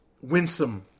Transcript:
winsome